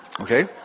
Okay